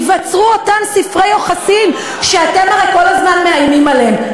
ייווצרו אותם ספרי יוחסין שאתם הרי כל הזמן מאיימים בהם.